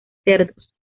cerdos